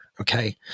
Okay